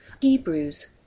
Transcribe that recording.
Hebrews